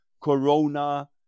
corona